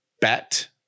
Bet